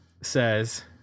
says